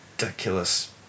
ridiculous